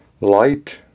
light